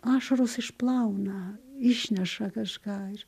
ašaros išplauna išneša kažką ir